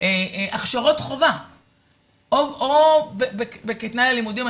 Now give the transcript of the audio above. הכשרות חובה כתנאי ללימודים.